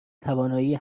توانایی